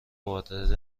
وارد